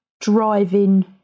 driving